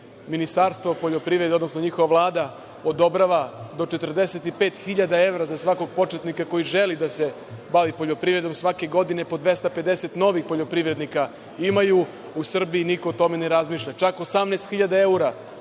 Ministarstvo poljoprivrede odnosno njihova Vlada odobrava do 45.000 hiljada evra za svakog početnika koji želi da se bavi poljoprivredom, svake godine po 250 novih poljoprivrednika imaju, u Srbiji niko o tome ne razmišlja. Čak, 18.000 evra